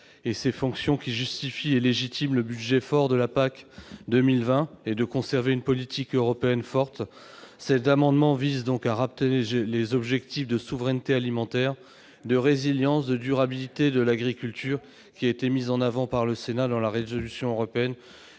ses fonctions, qui justifient et légitiment un budget substantiel pour 2020 et de conserver une politique européenne forte. Cet amendement vise donc à rappeler les objectifs de souveraineté alimentaire, de résilience et de durabilité de l'agriculture mis en avant par le Sénat dans la résolution européenne